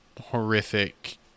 horrific